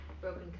Broken